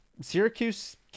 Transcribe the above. Syracuse